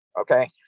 Okay